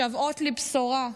משוועות לבשורה.